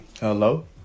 Hello